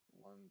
one